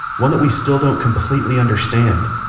one that we still don't completely understand.